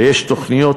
ויש תוכניות,